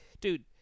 dude